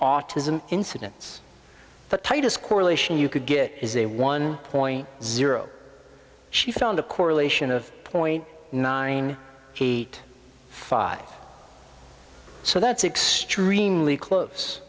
autism incidence otitis correlation you could get is a one point zero she found a correlation of point nine eight five so that's extremely close